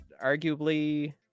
arguably